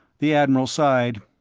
the admiral sighed.